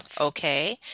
Okay